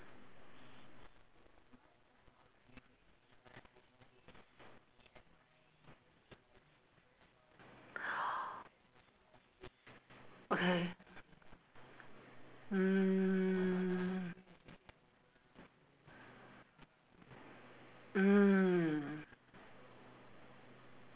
okay mm mm